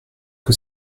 que